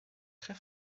très